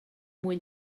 mwy